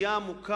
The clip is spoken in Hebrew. עם פגיעה עמוקה,